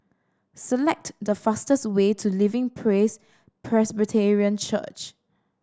select the fastest way to Living Praise Presbyterian Church